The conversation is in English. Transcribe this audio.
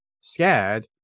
scared